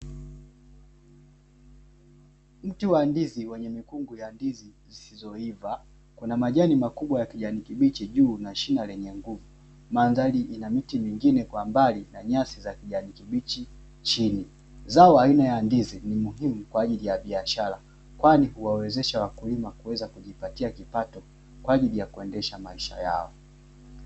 Mti wa ndizi wenye mikungu ya ndizi zilizoiva kuna majani makubwa ya kijani kibichi juu na shina lenye nguvu. Mandhari ina miti mingine kwa mbali na nyasi za kijani kibichi chini. Zao aina ya ndizi ni muhimu kwa ajili ya biashara kwani huwawezesha wakulima kuweza kujipatia kipato kwa ajili ya kuendesha maisha yao.